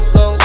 go